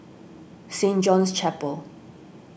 Saint John's Chapel